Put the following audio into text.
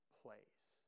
place